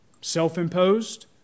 self-imposed